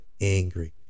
angry